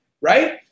Right